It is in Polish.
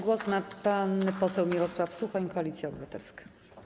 Głos ma pan poseł Mirosław Suchoń, Koalicja Obywatelska.